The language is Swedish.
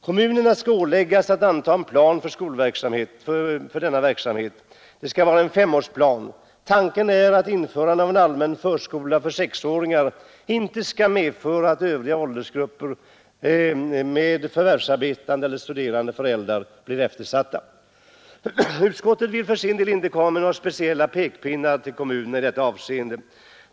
Kommunerna skall åläggas att antaga en plan för denna verksamhet och det skall vara en femårsplan. Tanken är att införandet av en allmän förskola för sexåringar inte skall medföra att övriga åldersgrupper med förvärvsarbetande eller studerande föräldrar blir eftersatta. Utskottet vill för sin del inte komma med några speciella pekpinnar till kommunerna i detta avseende.